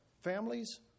Families